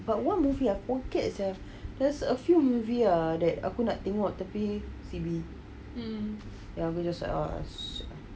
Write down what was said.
but one movie I forget save there's a few movie ah that aku nak tengok tapi C_B then I just like ah ah shit ah